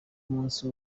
munsi